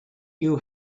you